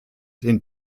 den